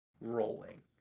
rolling